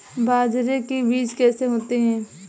बाजरे के बीज कैसे होते हैं?